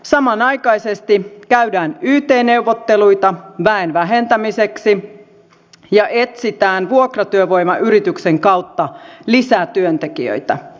samanaikaisesti käydään yt neuvotteluita väen vähentämiseksi ja etsitään vuokratyövoimayrityksen kautta lisätyöntekijöitä